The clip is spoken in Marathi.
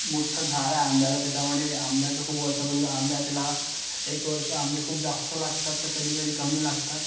मोठ्ठ झाड आहे आंब्याचं त्याच्यामधे आंब्याचं खूप वर्षापूर्वी आंबे आहे त्याला एक वर्ष आंबे खूप जास्त लागतात तर कधीकधी कमी लागतात